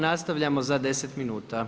Nastavljamo za 10 minuta.